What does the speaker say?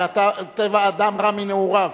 וטבע האדם רע מנעוריו.